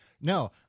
No